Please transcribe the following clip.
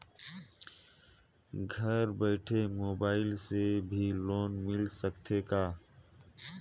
घर बइठे मोबाईल से भी लोन मिल सकथे का?